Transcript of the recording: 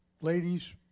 ladies